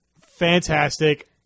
fantastic